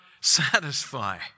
satisfy